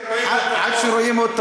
עד שרואים אותו פה.